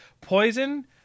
Poison